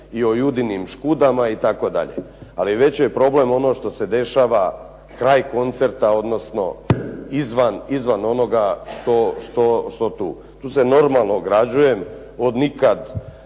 i o Judinim škudama itd. Ali je veći problem ono što se dešava krajem koncerta, odnosno izvan onoga što tu. Tu se normalno ograđujem od nikada